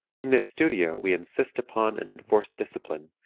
in this studio we insist upon and enforce discipline,